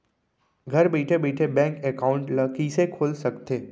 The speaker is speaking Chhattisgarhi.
घर बइठे बइठे बैंक एकाउंट ल कइसे खोल सकथे?